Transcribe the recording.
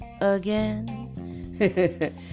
again